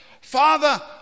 Father